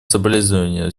соболезнования